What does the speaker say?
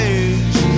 age